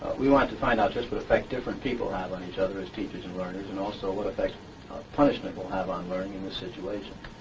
we wanted to find out just what effect different people have on each other as teachers and learners and also what effect punishment will have on learning in this situation.